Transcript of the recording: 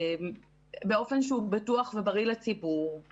זו מטרת המיפוי וזו מטרת הפנייה.